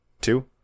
Two